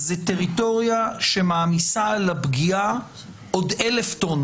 זאת טריטוריה שמעמיסה על הפגיעה עוד אלף טון